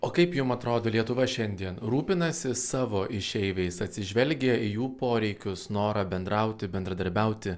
o kaip jum atrodo lietuva šiandien rūpinasi savo išeiviais atsižvelgia į jų poreikius norą bendrauti bendradarbiauti